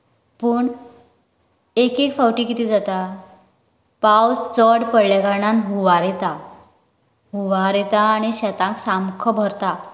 पूण एक एक फावटी कितें जाता पावस चड पडले कारणान हुंवार येता हुंवार येता आनी शेतान सामको भरता